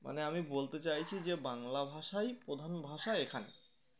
মানে আমি বলতে চাইছি যে বাংলা ভাষাই প্রধান ভাষা এখানে